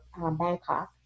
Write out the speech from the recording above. Bangkok